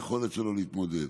ביכולת שלו להתמודד.